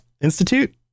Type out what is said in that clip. institute